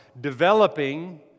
developing